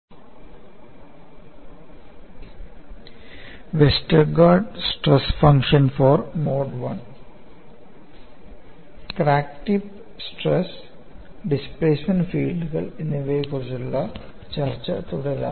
mode I നുള്ള Westergaard stress function crack tip stress displacement ഫീൽഡുകൾ എന്നിവയെക്കുറിച്ചുള്ള ചർച്ച തുടരാം